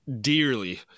dearly